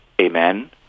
Amen